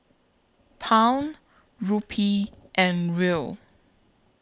Pound Rupee and Riel